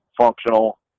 functional